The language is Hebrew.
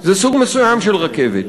זה סוג מסוים של רכבת,